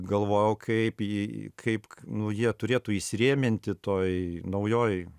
galvojau kaip į kaip nu jie turėtų įsirėminti toj naujoj